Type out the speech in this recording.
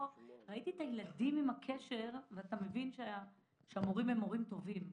פה ראיתי את הילדים ואת הקשר וניתן היה להבין שאלו מורים טובים.